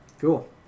Cool